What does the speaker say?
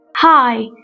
Hi